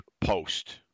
post